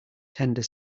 tender